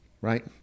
right